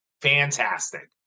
fantastic